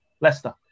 Leicester